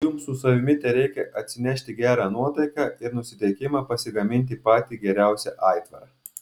jums su savimi tereikia atsinešti gerą nuotaiką ir nusiteikimą pasigaminti patį geriausią aitvarą